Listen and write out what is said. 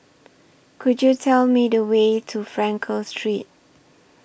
Could YOU Tell Me The Way to Frankel Street